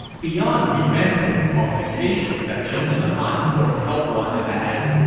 beyond revamping the qualifications section on the han court's help-wanted ads,